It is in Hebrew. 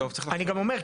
אני גם אומר,